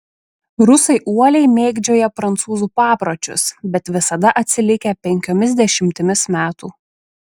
rusai uoliai mėgdžioja prancūzų papročius bet visada atsilikę penkiomis dešimtimis metų